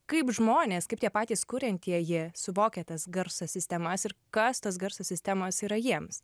kaip žmonės kaip tie patys kuriantieji suvokia tas garso sistemas ir kas tos garso sistemos yra jiems